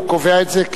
הוא קובע את זה,